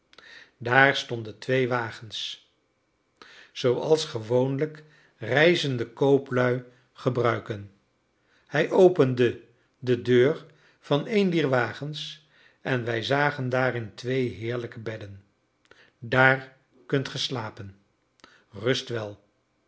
daar stonden twee wagens zooals gewoonlijk reizende kooplui gebruiken hij opende de deur van een dier wagens en wij zagen daarin twee heerlijke bedden daar kunt ge slapen rust wel